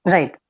Right